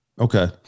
Okay